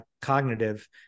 cognitive